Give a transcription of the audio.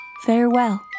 Farewell